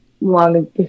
long